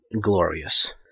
glorious